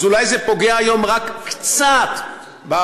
אז אולי זה פוגע היום רק קצת בשטחים,